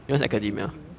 academia E D U